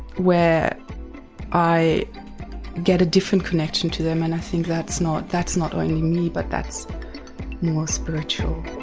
where i get a different connection to them and i think that's not that's not only me, but that's more spiritual.